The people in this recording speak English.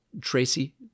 Tracy